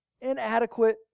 inadequate